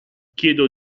chiedo